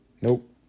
Nope